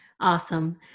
awesome